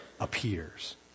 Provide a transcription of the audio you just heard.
appears